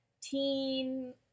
teen